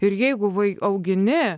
ir jeigu vaikui augini